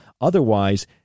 Otherwise